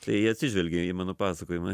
tai atsižvelgė į mano pasakojimą